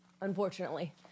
unfortunately